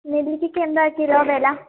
നെല്ലിക്കയ്ക്ക് എന്താ കിലോ വില